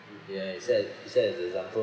ya it set it set as an example